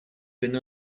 been